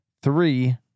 three